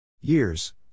Years